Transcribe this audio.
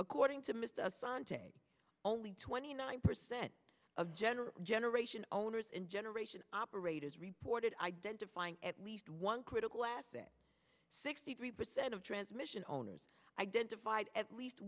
according to mr sun today only twenty nine percent of general generation owners and generation operators reported identifying at least one critical asset sixty three percent of transmission owners identified at least